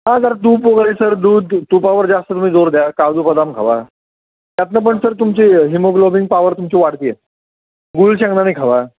हां जरा तूप वगैरे सर दूध तुपावर जास्त तुम्ही जोर द्या काजू बदाम खावा त्यातून पण सर तुमची हिमोग्लोबीन पावर तुमची वाढत आहे गूळ शेंगदाणे खावा